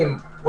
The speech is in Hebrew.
יותר מכך,